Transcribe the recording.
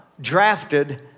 drafted